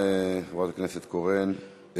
תודה, חברת הכנסת ברקו.